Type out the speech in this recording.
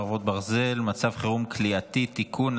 חרבות ברזל) (מצב חירום כליאתי) (תיקון),